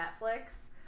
Netflix